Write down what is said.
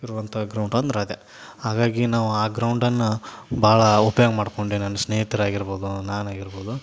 ಇರುವಂಥ ಗ್ರೌಂಡ್ ಅಂದ್ರೆ ಅದೇ ಹಾಗಾಗಿ ನಾವು ಆ ಗ್ರೌಂಡನ್ನು ಭಾಳ ಉಪ್ಯೋಗ ಮಾಡ್ಕೊಂಡೀನಿ ನನ್ನ ಸ್ನೇಹಿತರಾಗಿರ್ಬೋದು ನಾನು ಆಗಿರ್ಬೋದು